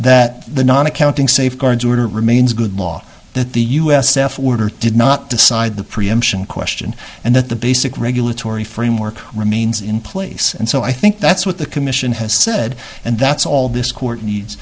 that the non accounting safeguards order remains good law that the u s stef order to not decide the preemption question and that the basic regulatory framework remains in place and so i think that's what the commission has said and that's all this court needs